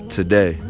Today